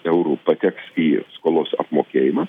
eurų pateks į skolos apmokėjimą